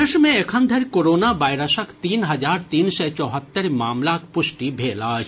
देश मे एखन धरि कोरोना वायरसक तीन हजार तीन सय चौहत्तरि मामिलाक पुष्टि भेल अछि